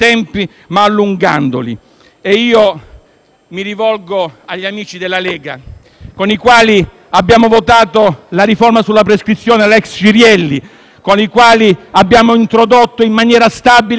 Mi rivolgo agli amici della Lega, con i quali abbiamo votato la riforma sulla prescrizione, la cosiddetta ex Cirielli, abbiamo introdotto in maniera stabile l'articolo 41-*bis*,